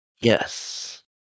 Yes